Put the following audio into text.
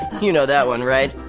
you know that one, right?